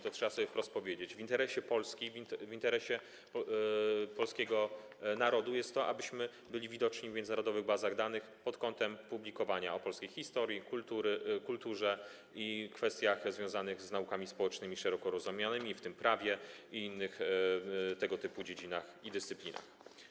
Trzeba sobie wprost powiedzieć: W interesie Polski, w interesie polskiego narodu jest to, abyśmy byli widoczni w międzynarodowych bazach danych pod kątem publikacji dotyczących polskiej historii, kultury i kwestii związanych z naukami społecznymi szeroko rozumianymi, w tym w prawie i innych tego typu dziedzinach i dyscyplinach.